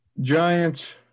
Giants